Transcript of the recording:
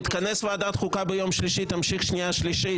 תתכנס ביום שלישי ותמשיכו לקריאה שנייה ושלישית?